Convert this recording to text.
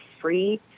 free